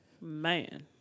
Man